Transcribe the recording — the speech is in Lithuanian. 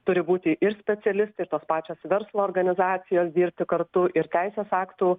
turi būti ir specialistai ir tos pačios verslo organizacijos dirbti kartu ir teisės aktų